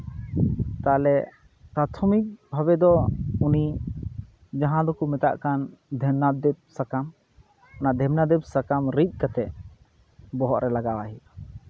ᱛᱟᱦᱚᱞᱮ ᱯᱨᱟᱛᱷᱚᱢᱤᱠ ᱵᱷᱟᱵᱮ ᱫᱚ ᱩᱱᱤ ᱡᱟᱦᱟᱸ ᱫᱚᱠᱚ ᱢᱮᱛᱟᱜ ᱠᱟᱱ ᱫᱷᱮᱢᱱᱟᱫᱮᱵ ᱥᱟᱠᱟᱢ ᱚᱱᱟ ᱫᱷᱮᱢᱱᱟᱫᱮᱵ ᱥᱟᱠᱟᱢ ᱨᱤᱫ ᱠᱟᱛᱮ ᱵᱚᱦᱚᱜ ᱨᱮ ᱞᱟᱜᱟᱣᱼᱟᱭ ᱦᱩᱭᱩᱜᱼᱟ